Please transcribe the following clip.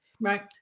Right